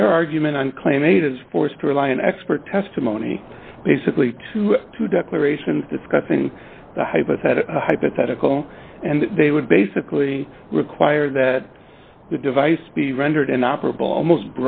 their argument and claim made is forced to rely on expert testimony basically to to declarations discussing the hypothetical hypothetical and they would basically require that the device be rendered inoperable almost